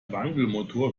wankelmotor